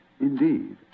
Indeed